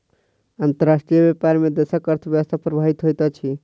अंतर्राष्ट्रीय व्यापार में देशक अर्थव्यवस्था प्रभावित होइत अछि